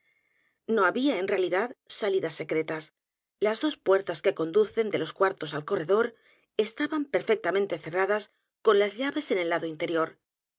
no había en realidad salidas secretas las d o s p u e r tas que conducen de los cuartos al corredor estaban perfectamente cerradas con las llaves en el lado interior